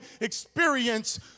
experience